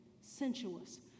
sensuous